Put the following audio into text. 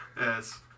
Yes